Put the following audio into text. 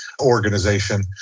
organization